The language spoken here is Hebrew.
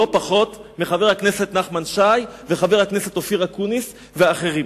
לא פחות מחבר הכנסת נחמן שי וחבר הכנסת אופיר אקוניס ואחרים.